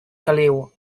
caliu